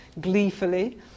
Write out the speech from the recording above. gleefully